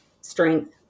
strength